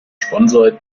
sponsor